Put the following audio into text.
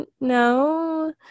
no